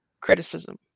criticism